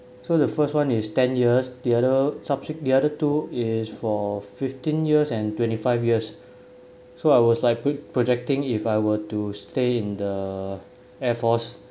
so the first one is ten years the other subse~ the other two is for fifteen years and twenty five years so I was like put projecting if I were to stay in the air force